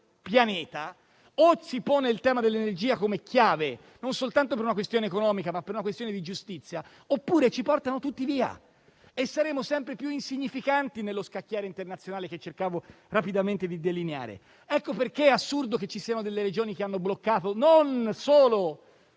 pianeta o si pone il tema dell'energia come chiave, non soltanto per una questione economica, ma per una questione di giustizia, oppure ci portano tutti via e saremo sempre più insignificanti nello scacchiere internazionale che cercavo rapidamente di delineare. Per questo è assurdo che ci siano delle Regioni che hanno bloccato non solo